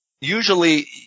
Usually